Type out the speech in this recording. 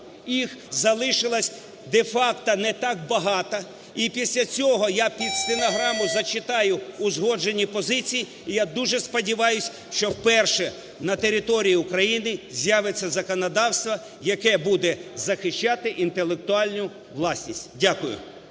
(їх залишилось де-факто не так багато), і після цього я під стенограму зачитаю узгоджені позиції. І я дуже сподіваюся, що вперше на території України з'явиться законодавство, яке буде захищати інтелектуальну власність. Дякую.